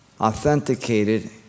authenticated